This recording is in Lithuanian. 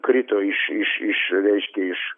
krito iš iš iš reiškia iš